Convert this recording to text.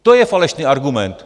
To je falešný argument.